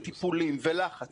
טיפולים ולחץ